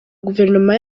guverinoma